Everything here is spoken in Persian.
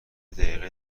دقیقه